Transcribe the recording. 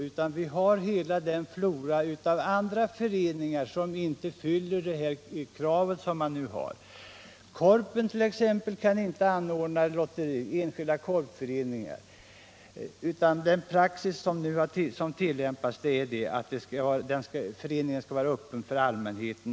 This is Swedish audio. Det finns en flora av andra föreningar som inte uppfyller de krav som nu ställs. Enskilda korpföreningar kan t.ex. inte anordna lotteri, eftersom förening enligt den praxis som nu tillämpas skall vara öppen för allmänheten.